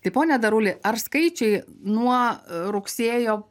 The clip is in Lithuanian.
tai pone daruli ar skaičiai nuo rugsėjo